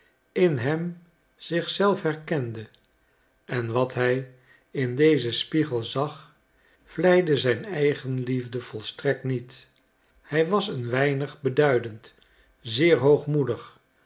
in hem zich zelf herkende en wat hij in dezen spiegel zag vleide zijn eigenliefde volstrekt niet hij was een weinig beduidend zeer